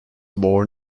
born